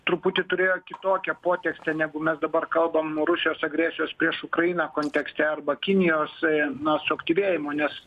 truputį turėjo kitokią potekstę negu mes dabar kalbam rusijos agresijos prieš ukrainą kontekste arba kinijos na suaktyvėjimo nes